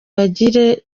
bagire